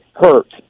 hurt